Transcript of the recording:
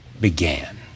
began